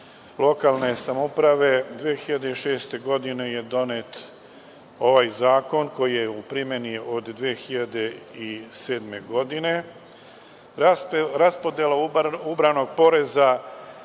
lokalne samouprave, 2006. godine je donet ovaj zakon, koji je u primeni od 2007. godine. Raspodela ubranog poreza